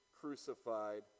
crucified